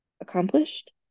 accomplished